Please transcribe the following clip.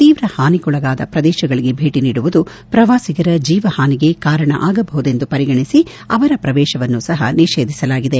ತೀವ್ರ ಹಾನಿಗೊಳಗಾದ ಶ್ರದೇಶಗಳಗೆ ಭೇಟ ನೀಡುವುದು ಶ್ರವಾಸಿಗರ ಜೀವ ಹಾನಿಗೆ ಕಾರಣವಾಗಬಹುದೆಂದು ಪರಿಗಣಿಸಿ ಅವರ ಪ್ರವೇಶವನ್ನೂ ನಿಷೇಧಿಸಲಾಗಿದೆ